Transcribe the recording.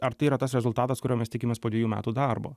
ar tai yra tas rezultatas kurio mes tikimės po dvejų metų darbo